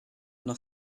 noch